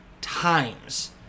times